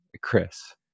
Chris